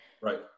right